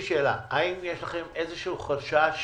האם יש לכם איזה שהוא חשש